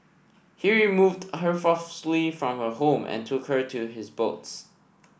he removed her forcefully from her home and took her to his boats